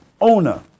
owner